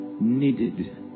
needed